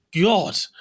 God